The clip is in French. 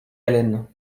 haleine